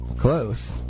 close